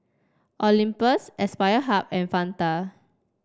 Olympus Aspire Hub and Fanta